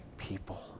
people